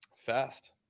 Fast